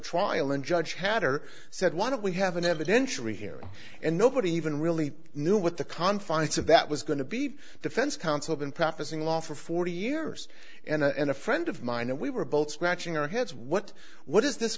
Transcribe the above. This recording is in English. trial and judge hatter said why don't we have an evidentiary hearing and nobody even really knew what the confines of that was going to be defense counsel been practicing law for forty years and a friend of mine and we were both scratching our heads what what is this